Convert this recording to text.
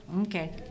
Okay